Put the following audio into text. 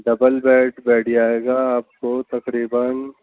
double bed بیٹھ جائے گا آپ کو تقریباً